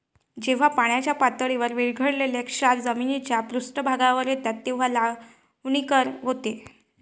जेव्हा पाण्याच्या पातळीत विरघळलेले क्षार जमिनीच्या पृष्ठभागावर येतात तेव्हा लवणीकरण होते